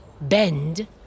bend